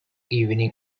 evening